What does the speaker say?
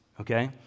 okay